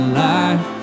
life